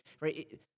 right